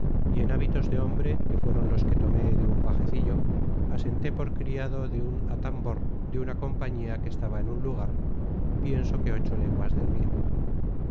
y en hábitos de hombre que fueron los que tomé de un pajecillo asenté por criado de un atambor de una compañía que estaba en un lugar pienso que ocho leguas del mio